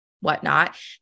whatnot